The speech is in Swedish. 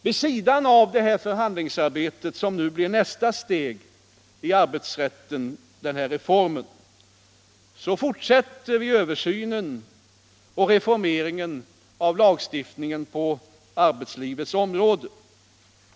Vid sidan av det förhandlingsarbete som nu blir nästa steg fortsätter vi översynen och reformeringen av lagstiftningen på arbetslivets område.